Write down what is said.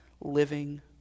living